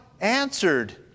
answered